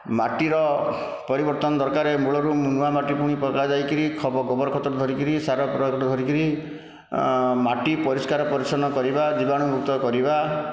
ମାଟିର ପରିବର୍ତ୍ତନ ଦରକାର ମୂଳରୁ ନୂଆ ମାଟି ପୁଣି ପକା ଯାଇକରି ଗୋବରଖତ ଧରିକରି ସାର ଧରିକରି ମାଟି ପରିଷ୍କାର ପରିଚ୍ଛନ୍ନ କରିବା ଜୀବାଣୁ ମୁକ୍ତ କରିବା